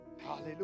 Hallelujah